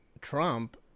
Trump